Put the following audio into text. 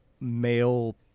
male